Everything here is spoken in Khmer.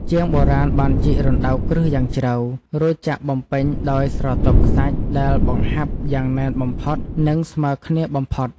ជាងបុរាណបានជីករណ្តៅគ្រឹះយ៉ាងជ្រៅ រួចចាក់បំពេញដោយស្រទាប់ខ្សាច់ដែលបង្ហាប់យ៉ាងណែនបំផុត និង ស្មើគ្នាបំផុត។